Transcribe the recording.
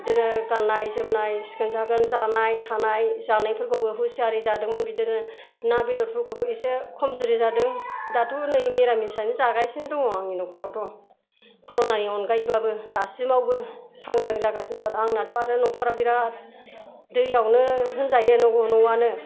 बिदिनो गाननाय जोमनाय सिखोन साखोन जानाय थानाय जानायफोरखौबो हुसियारै जादोंमोन बिदिनो ना बेदरफोरखौबो एसे खमजुरि जादों दाथ' नै निरामिसआनो जागासिनो दङ आंनि न'खरावथ' कर'नानि अनगायैबाबो दासिमावबो सांग्रां जागासिनो दं आरो आंनाथ' आरो न'खरा बिरात दैआवनो होनजायो न'आनो